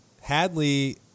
Hadley